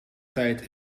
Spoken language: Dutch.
tijd